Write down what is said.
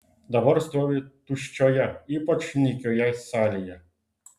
dabar stovi tuščioje ypač nykioje salėje